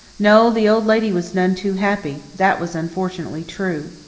no, the old lady was none too happy, that was unfortunately true.